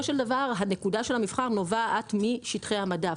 בסופו של דבר הנקודה של המבחר נובעת משטחי המדף.